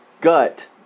gut